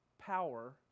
power